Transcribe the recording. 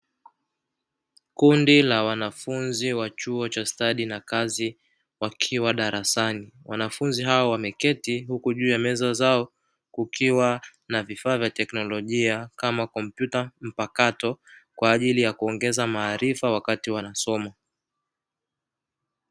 Kundi la wanafunzi wa chuo cha stadi na kazi wakiwa darasani, wanafunzi hao wameketi huku juu ya meza zao kukiwa na vifaa vya teknolojia kama kompyuta mpakato kwa ajili ya kuongeza maarifa wakati wanasoma.